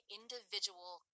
individual